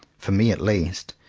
for me at least,